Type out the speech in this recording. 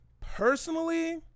Personally